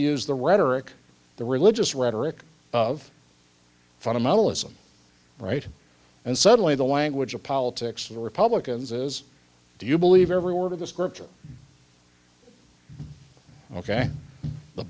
use the rhetoric the religious rhetoric of fundamentalism right and suddenly the language of politics of the republicans is do you believe every word of the scripture ok the